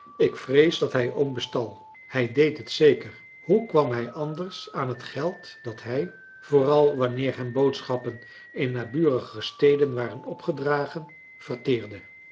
ik vrees dat hij oom bestal hij deed het zeker hoe kwam hij anders aan het geld dat hij vooral wanneer hem boodschappen in naburige steden waren opgedragen verteerde